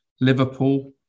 Liverpool